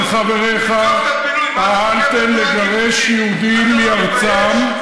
אתה וחבריך פעלתם לגרש יהודים מארצם,